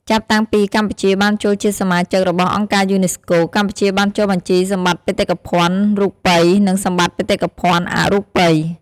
ចាប់តាំងពីកម្ពុជាបានចូលជាសមាជិករបស់អង្គការយូណេស្កូ កម្ពុជាបានចុះបញ្ជីសម្បតិ្តបេតិកភណ្ឌរូបី និងសម្បត្តិបេតិកភណ្ឌអរូបី។